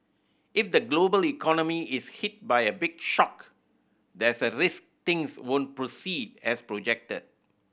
if the global economy is hit by a big shock there's a risk things won't proceed as projected